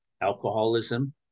alcoholism